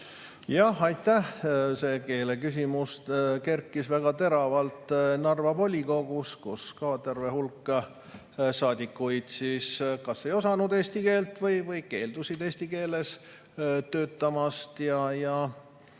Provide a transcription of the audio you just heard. Aitäh! See keeleküsimus kerkis väga teravalt üles Narva volikogus, kus ka terve hulk saadikuid siis kas ei osanud eesti keelt või keeldusid eesti keeles töötamast.